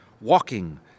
walking